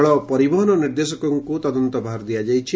ଜଳ ପରିବହନ ନିର୍ଦ୍ଦେଶକଙ୍କୁ ତଦନ୍ତ ଭାର ଦିଆଯାଇଛି